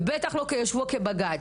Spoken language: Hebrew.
ובטח לא ביושבו כבג"ץ.